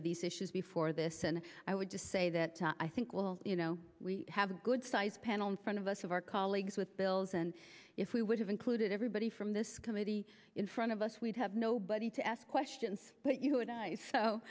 of these issues before this and i would just say that i think well you know we have a good sized panel in front of us of our colleagues with bills and if we would have included everybody from this committee in front of us we'd have nobody to ask questions but you know a nice so